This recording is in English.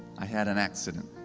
ah had an accident.